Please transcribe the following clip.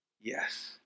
Yes